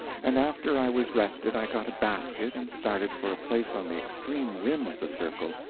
and after i was rested i got a basket and started for a place on the extreme rim of the circle,